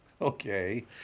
Okay